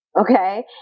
okay